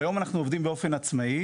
כיום אנחנו עובדים באופן עצמאי,